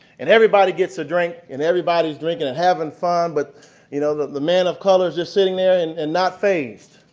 and everybody gets a drink. and everybody's drinking and and having fun. but you know the the man of color is just sitting there and and not fazed.